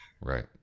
Right